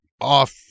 off